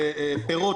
פרחים,